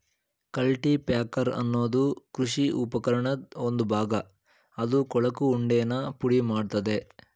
cultipacker ಅನ್ನೋದು ಕೃಷಿ ಉಪಕರಣದ್ ಒಂದು ಭಾಗ ಅದು ಕೊಳಕು ಉಂಡೆನ ಪುಡಿಮಾಡ್ತದೆ